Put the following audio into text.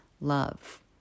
love